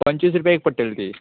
पंचवीस रुपया एक पडटले ती